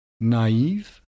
naive